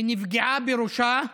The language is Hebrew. היא נפגעה בראשה,